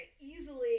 easily